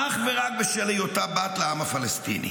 אך ורק בשל היותה בת לעם הפלסטיני.